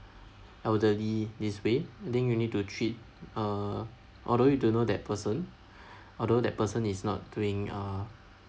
elderly this way I think you need to treat uh although you don't know that person although that person is not doing uh